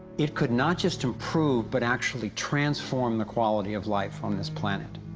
it could not just improve, but actually transform the quality of life on this planet.